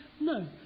No